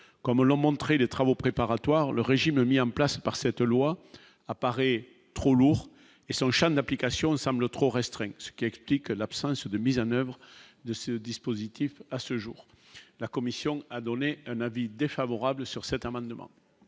comme l'ont montré les travaux préparatoires le régime mis en place par cette loi apparaît trop lourd et s'enchaînent : l'application semble trop restreint, ce qui explique l'absence de mise en oeuvre de ce dispositif, à ce jour, la commission a donné un avis défavorable sur cet amendement.